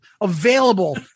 available